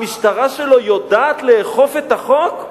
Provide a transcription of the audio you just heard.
המשטרה שלו יודעת לאכוף את החוק?